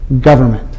government